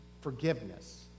forgiveness